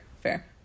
fair